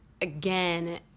again